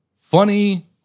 funny